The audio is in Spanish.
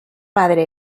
padre